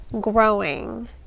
growing